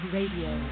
Radio